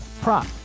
prop